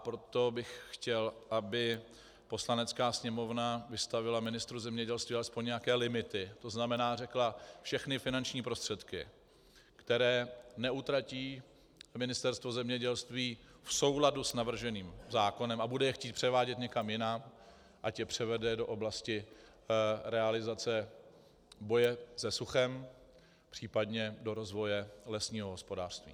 Proto bych chtěl, aby Poslanecká sněmovna vystavila ministru zemědělství alespoň nějaké limity, to znamená, aby řekla všechny finanční prostředky, které neutratí Ministerstvo zemědělství v souladu s navrženým zákonem a bude je chtít převádět někam jinam, ať je převede do oblasti realizace boje se suchem, případně do rozvoje lesního hospodářství.